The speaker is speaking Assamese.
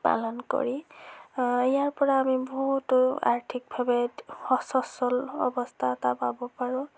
পালন কৰি ইয়াৰ পৰা আমি বহুতো আৰ্থিকভাৱে সস্বচল অৱস্থা এটা পাব পাৰোঁ